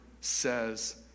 says